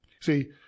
See